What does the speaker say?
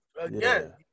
again